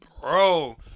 bro